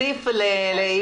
חגי,